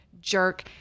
jerk